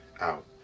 out